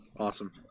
Awesome